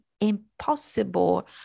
impossible